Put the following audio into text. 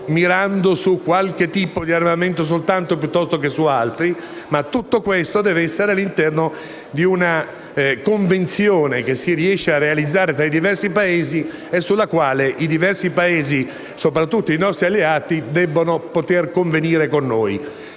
mirando solo su qualche tipo di armamento piuttosto che su altri. Tutto questo deve avvenire all'interno di una convenzione che si riesca a realizzare tra i diversi Paesi e sulla quale i diversi Paesi, soprattutto i nostri alleati, debbono poter convenire con noi.